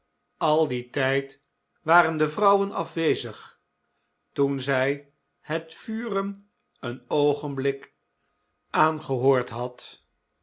al dien tijd waren de vrouwen afwezig toen zij het vuren een oogenblik aangehoord had